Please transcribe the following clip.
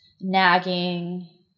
nagging